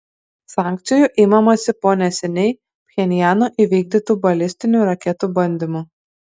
sankcijų imamasi po neseniai pchenjano įvykdytų balistinių raketų bandymų